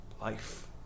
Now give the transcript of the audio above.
life